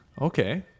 Okay